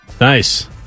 Nice